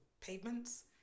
pavements